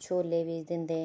ਛੋਲੇ ਬੀਜ ਦਿੰਦੇ